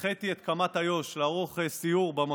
כמו במקומות אחרים, זה שיש היום חמש אנטנות